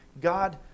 God